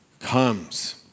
comes